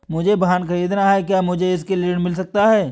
मुझे वाहन ख़रीदना है क्या मुझे इसके लिए ऋण मिल सकता है?